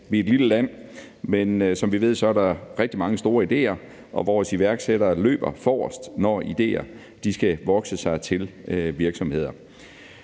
Vi er et lille land, men som vi ved, er der rigtig mange store idéer, og vores iværksættere løber forrest, når idéer skal vokse sig til virksomheder.